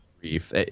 brief